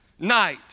night